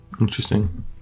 Interesting